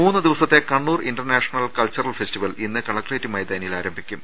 മൂന്നു ദിവസത്തെ Kannur international cultural festival ഇന്ന് കലക്രേറ്റ് മൈതാനിയിൽ ആരംഭിക്കും